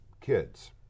kids